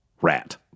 rat